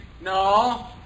No